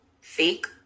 fake